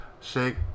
Shake